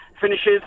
finishes